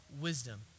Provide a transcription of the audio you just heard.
wisdom